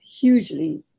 hugely